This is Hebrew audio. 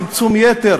צמצום יתר